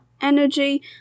energy